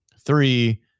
Three